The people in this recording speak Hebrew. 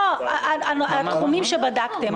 מן התחומים שבדקתם.